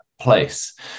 place